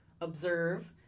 observe